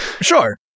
Sure